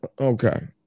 Okay